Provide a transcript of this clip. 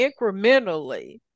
incrementally